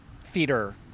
feeder